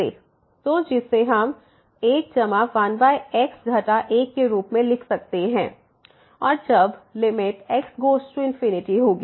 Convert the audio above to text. तो जिसे हम 1 जमा 1x घटा 1 के रूप में लिख सकते हैं और जब लिमिट x गोज़ टू होगी